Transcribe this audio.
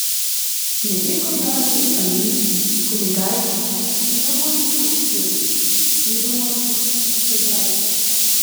neliko jo nei ainių kunigaikščių nei daumantų iš siesikų nei daumantų giedraičių